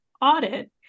audit